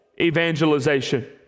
evangelization